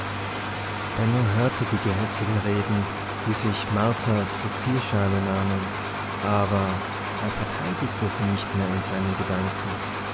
hörte die gehässigen reden die sich martha zur zielscheibe nahmen aber er verteidigte sie nicht mehr in seinen gedanken